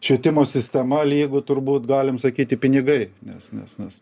švietimo sistema lygu turbūt galim sakyti pinigai nes nes nes ne